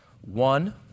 One